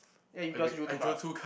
ya he draws you two cards